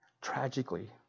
Tragically